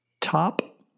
Top